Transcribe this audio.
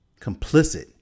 complicit